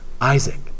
Isaac